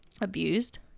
abused